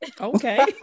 Okay